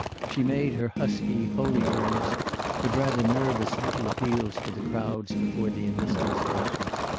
she made her husky, wholly earnest but rather nervous little appeals to the crowds before the enlisting stations,